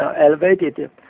elevated